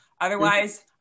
otherwise